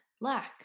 lack